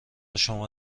شما